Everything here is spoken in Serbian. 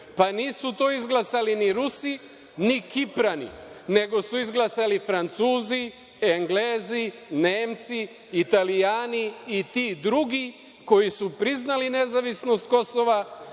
Nisu to izglasali ni Rusi, ni Kiprani, nego su izglasali Francuzi, Englezi, Nemci, Italijani i ti drugi koji su priznali nezavisnost Kosova,